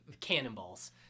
cannonballs